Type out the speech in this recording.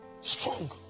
Strong